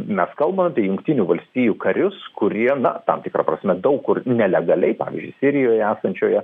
mes kalbam apie jungtinių valstijų karius kurie na tam tikra prasme daug kur nelegaliai pavyzdžiui sirijoje esančioje